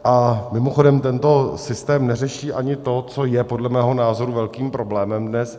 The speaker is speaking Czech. A mimochodem tento systém neřeší ani to, co je podle mého názoru velkým problémem dnes.